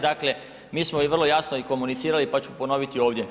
Dakle, mi smo i vrlo jasno i komunicirali pa ću ponoviti ovdje.